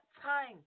time